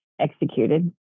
executed